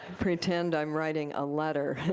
pretend i'm writing a letter.